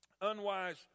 Unwise